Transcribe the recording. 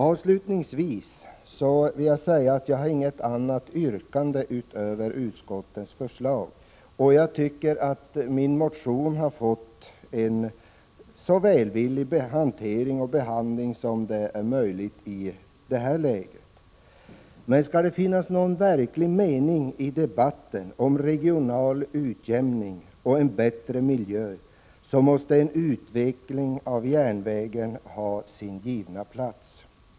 Avslutningsvis har jag inget yrkande utöver utskottets förslag, och jag tycker att min motion fått en så välvillig hantering och behandling som det varit möjligt i detta läge. Men skall det finnas någon verklig mening i debatten om regional utjämning och en bättre miljö så måste en utveckling av järnvägen ha sin givna plats.